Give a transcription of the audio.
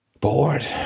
bored